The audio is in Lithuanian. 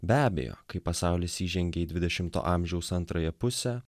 be abejo kai pasaulis įžengė į dvidešimo amžiaus antrąją pusę